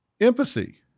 empathy